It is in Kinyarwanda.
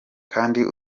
kandi